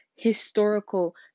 historical